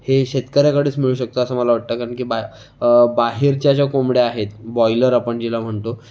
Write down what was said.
हे शेतकऱ्याकडेच मिळू शकतं असं मला वाटतं कारण की बा बाहेरच्या ज्या कोंबड्या आहेत बॉयलर आपण जिला म्हणतो